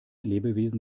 lebewesen